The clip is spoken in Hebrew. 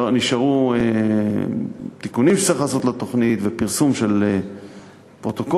נשארו תיקונים שצריך לעשות לתוכנית ופרסום של פרוטוקול,